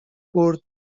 برد